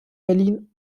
berlin